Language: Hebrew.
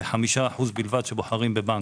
ו-5% בלבד בוחרים בבנקים.